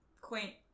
quaint